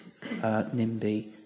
NIMBY